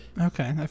Okay